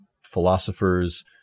philosophers